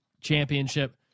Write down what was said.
Championship